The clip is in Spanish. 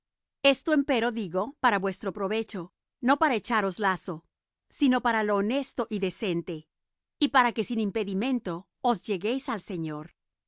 esto empero digo para vuestro provecho no para echaros lazo sino para lo honesto y decente y para que sin impedimento os lleguéis al señor